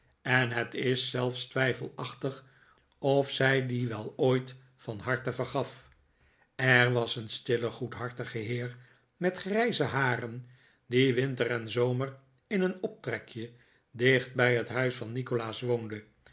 en het is zelfs twijfelachtig of zij die wel ooit van harte vergaf er was een stille goedhartige heer met grijze haren die winter en zomer in een optrekje dicht bij het huis van nikolaas woonde